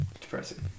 depressing